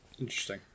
Interesting